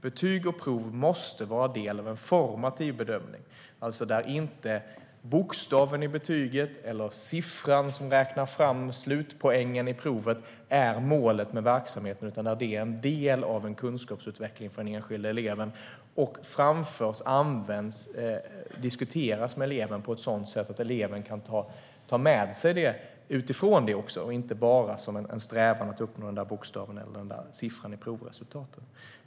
Betyg och prov måste vara del av en formativ bedömning där inte bokstaven i betyget eller siffran som ger slutpoängen i proven är målet med verksamheten utan där det är en del av en kunskapsutveckling för den enskilda eleven och diskuteras med eleven på ett sådant sätt att eleven kan ta med sig det utifrån detta också och inte bara som en strävan att uppnå bokstaven eller siffran i provresultatet.